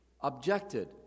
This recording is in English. objected